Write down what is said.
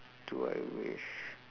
do I wish